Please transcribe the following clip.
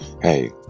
hey